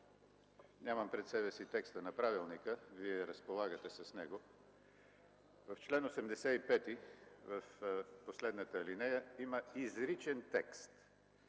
нямам пред себе си текста на правилника, Вие разполагате с него. В чл. 85, в последната алинея има изричен текст: